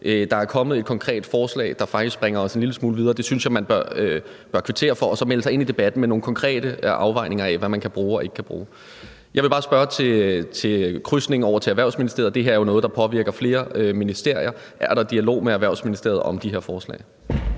Der er kommet et konkret forslag, der faktisk bringer os en lille smule videre. Det synes jeg at man bør kvittere for, og så bør man melde sig ind i debatten med nogle konkrete afvejninger af, hvad man kan bruge, og hvad man ikke kan bruge. Jeg vil bare spørge om krydsningen over til Erhvervsministeriet, for det her er jo noget, der påvirker flere ministerier. Er der en dialog med Erhvervsministeriet om de her forslag?